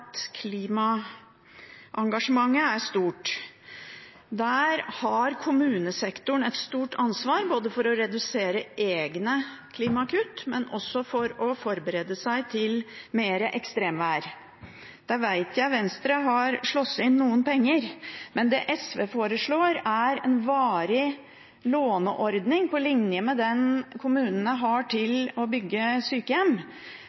klimaengasjementet er stort. Der har kommunesektoren et stort ansvar både for å redusere egne klimgassutslipp og for å forberede seg på mer ekstremvær. Jeg vet Venstre har slåss inn noen penger, men det SV foreslår, er en varig låneordning – på linje med den kommunene har for å bygge sykehjem